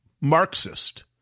Marxist